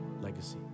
legacy